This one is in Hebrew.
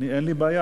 אני, אין לי בעיה.